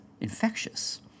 infectious